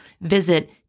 Visit